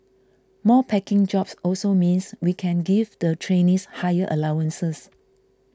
more packing jobs also means we can give the trainees higher allowances